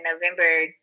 november